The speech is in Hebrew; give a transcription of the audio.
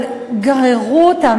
אבל גררו אותם,